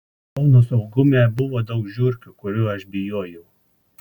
kauno saugume buvo daug žiurkių kurių aš bijojau